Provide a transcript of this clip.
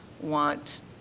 want